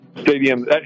Stadium